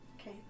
Okay